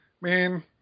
man